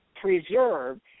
preserved